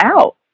out